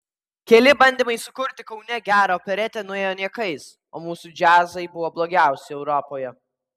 keli bandymai sukurti kaune gerą operetę nuėjo niekais o mūsų džiazai buvo blogiausi europoje